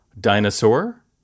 Dinosaur